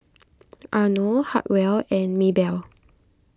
Arno Hartwell and Maebelle